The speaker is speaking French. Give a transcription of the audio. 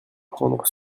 prendre